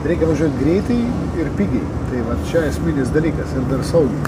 reikia važiuot greitai ir pigiai tai va čia esminis dalykas ir dar saugiai